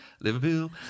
Liverpool